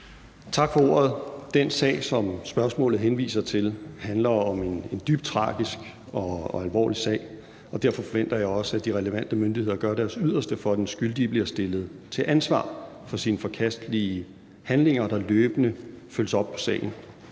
Tak for ordet. Den sag, som spørgsmålet henviser til, er en dybt tragisk og alvorlig sag, og derfor forventer jeg også, at de relevante myndigheder gør deres yderste for, at den skyldige bliver stillet til ansvar for sine forkastelige handlinger, og at der løbende følges op på sagen.